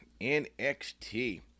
NXT